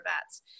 vets